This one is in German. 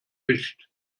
wicht